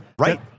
Right